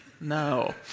No